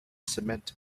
cement